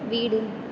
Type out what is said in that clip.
வீடு